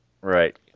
Right